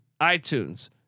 iTunes